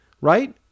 right